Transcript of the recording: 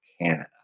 Canada